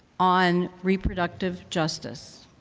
on reproductive justice.